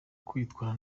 kwitwara